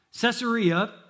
Caesarea